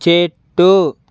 చెట్టు